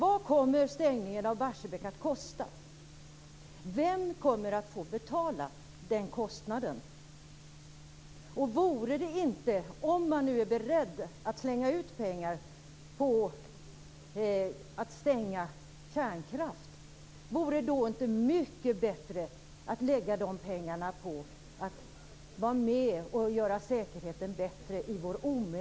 Fru talman! Jag tycker att vi skall lägga ned pengar på att göra vår säkerhet bättre.